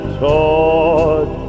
taught